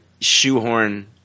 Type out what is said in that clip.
shoehorn